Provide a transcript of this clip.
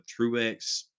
Truex